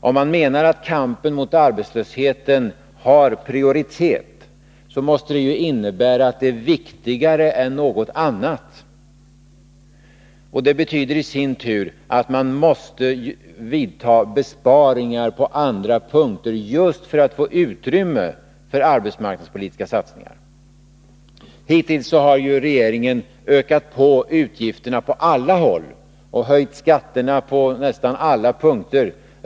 Om man menar att kampen mot arbetslösheten har prioritet, måste det innebära att detta är viktigare än någonting annat. Det betyder i sin tur att man måste göra besparingar på andra punkter just för att få utrymme för arbetsmarknadspolitiska satsningar. Hittills har regeringen ökat på utgifterna på alla håll och höjt skatterna på nästan alla punkter.